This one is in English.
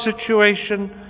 situation